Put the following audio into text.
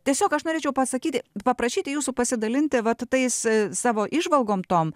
tiesiog aš norėčiau pasakyti paprašyti jūsų pasidalinti vat tais savo įžvalgom tom